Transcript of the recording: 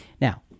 Now